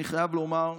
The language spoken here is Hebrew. אני חייב לומר,